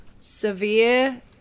severe